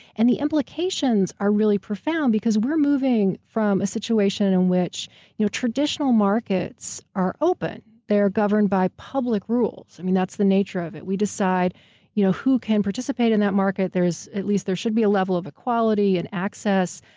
and the implications are really profound because we're moving from a situation in which you know traditional markets are open, they're governed by public rules. and that's the nature of it. we decide you know who who can participate in that market, there's. at least there should be a level of equality and access.